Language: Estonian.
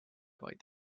vaid